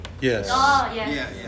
Yes